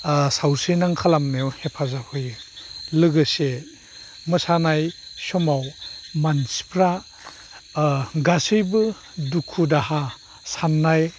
ओ सावस्रिनां खालामनायाव हेफाजाब होयो लोगोसे मोसानाय समाव मानसिफ्रा ओ गासैबो दुखु दाहा साननाय